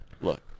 look